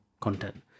content